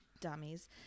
dummies